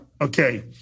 Okay